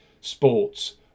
Sports